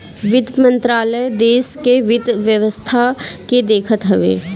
वित्त मंत्रालय देस के वित्त व्यवस्था के देखत हवे